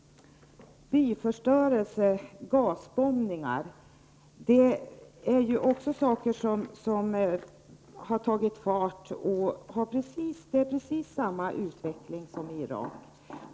Byförstörelse och gasbombningar är också exempel på sådant som är i accelererande. Det är precis samma utveckling som i Irak.